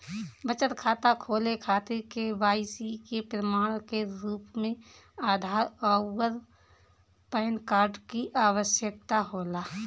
बचत खाता खोले खातिर के.वाइ.सी के प्रमाण के रूप में आधार आउर पैन कार्ड की आवश्यकता होला